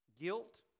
Guilt